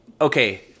Okay